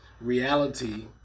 reality